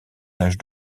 taches